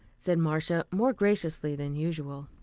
said marcia more graciously than usual.